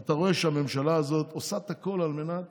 אתה רואה שהממשלה הזאת עושה הכול על מנת